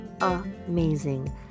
amazing